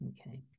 Okay